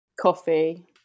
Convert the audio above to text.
coffee